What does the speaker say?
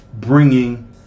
bringing